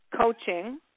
coaching